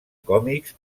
còmics